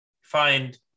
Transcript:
find